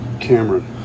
Cameron